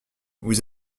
vous